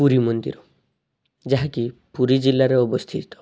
ପୁରୀ ମନ୍ଦିର ଯାହାକି ପୁରୀ ଜିଲ୍ଲାରେ ଅବସ୍ଥିତ